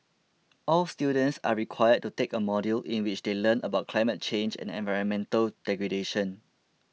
all students are required to take a module in which they learn about climate change and environmental degradation